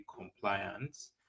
compliance